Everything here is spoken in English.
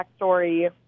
backstory